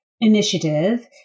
initiative